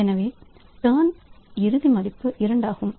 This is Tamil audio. எனவே டர்ன் இறுதி மதிப்பு 2 ஆகும்